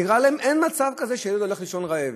נראה להם שאין מצב כזה שילד הולך לישון רעב.